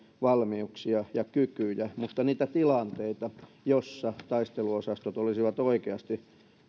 valmiuksia ja kykyjä mutta niitä tilanteita joissa taisteluosastot olisivat oikeasti